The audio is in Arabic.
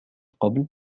قبل